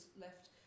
left